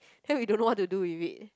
then we don't know what to do with it